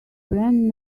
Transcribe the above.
brand